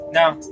now